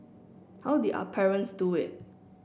how did our parents do it